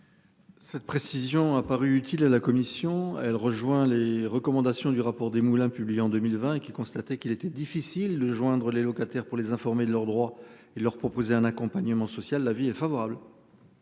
Cette précision a paru utile à la commission, elle rejoint les recommandations du rapport des moulins, publié en 2020 et qui constatait qu'il était difficile de joindre les locataires pour les informer de leurs droits et leur proposer un accompagnement social. La vie est favorable.